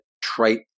trite